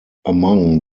among